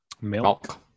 Milk